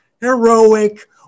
heroic